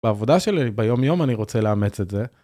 בעבודה שלי ביומיום אני רוצה לאמץ את זה.